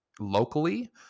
locally